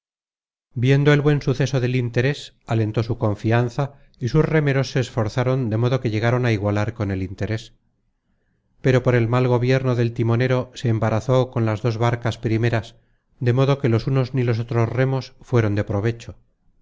viendo el buen suceso del interes alentó su confianza y sus remeros se esforzaron de modo que llegaron á igualar content from google book search generated at embarazó con las dos barcas primeras de modo que los unos ni los otros remos fueron de provecho